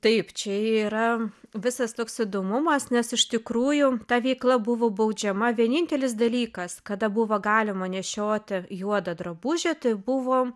taip čia yra visas toks įdomumas nes iš tikrųjų ta veikla buvo baudžiama vienintelis dalykas kada buvo galima nešioti juodą drabužį tai buvo